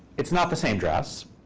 it's not the same dress.